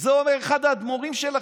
את זה אומר אחד האדמו"רים שלכם,